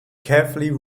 carefully